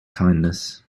kindness